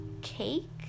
cake